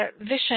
Vision